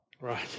Right